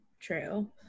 True